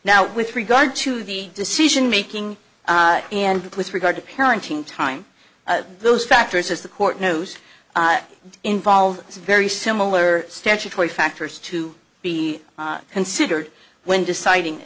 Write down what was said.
now with regard to the decision making and with regard to parenting time those factors as the court knows involved is very similar statutory factors to be considered when deciding